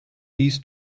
dies